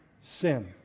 Sin